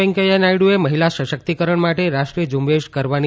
વૈંકેથા નાયડુએ મહિલા સશક્તિકરણ માટે રાષ્ટ્રીય ઝુંબેશ કરવાની